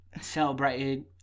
celebrated